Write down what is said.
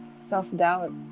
self-doubt